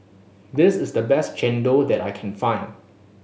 this is the best chendol that I can find